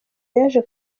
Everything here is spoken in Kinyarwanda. yaje